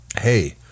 Hey